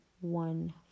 one